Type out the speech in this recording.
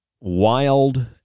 wild